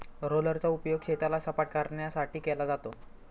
रोलरचा उपयोग शेताला सपाटकरण्यासाठी केला जातो